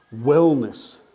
wellness